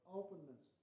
openness